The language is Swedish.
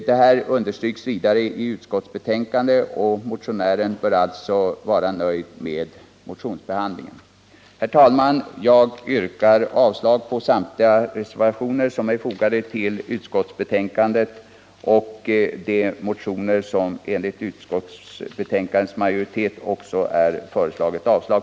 Detta understryks vidare i utskottsbetänkandet, och motionären bör alltså vara nöjd med motionens behandling. Herr talman! Jag yrkar bifall till utskottets hemställan.